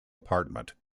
apartment